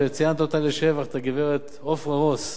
וציינת לשבח את הגברת עפרה רוס,